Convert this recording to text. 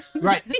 right